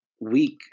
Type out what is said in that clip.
week